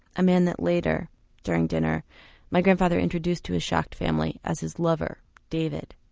a man that later during dinner my grandfather introduced to a shocked family as his lover, david.